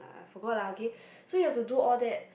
I forgot lah okay so you have to do all that